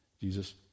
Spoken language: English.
Jesus